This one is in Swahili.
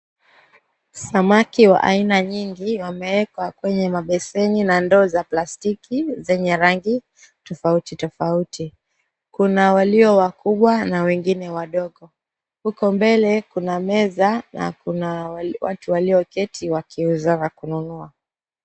Samaki wa aina nyingi, wameeka kwenye mabeseni na ndoo za plastiki zenye rangi tofauti tofauti. Kuna walio wakubwa na wengine wadogo. Huko mbele, kuna meza na kuna watu walioketi wakiuza na kununua.